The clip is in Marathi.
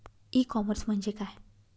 ई कॉमर्स म्हणजे काय?